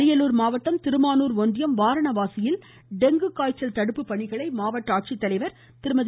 அரியலூர் மாவட்டம் திருமானூர் ஒன்றியம் வாரணவாசியில் டெங்கு காய்ச்சல் தடுப்பு பணிகளை மாவட்ட ஆட்சித்தலைவர் திருமதி